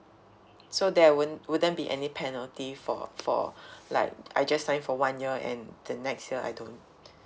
so there won't will there be any penalty for for like I just sign for one year and the next year I don't